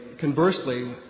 conversely